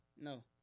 No